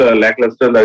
lackluster